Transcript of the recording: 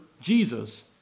Jesus